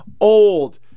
old